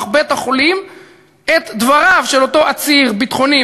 בית-החולים את דבריו של אותו עציר ביטחוני,